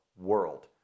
world